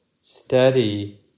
steady